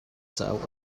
cauk